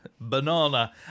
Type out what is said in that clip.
banana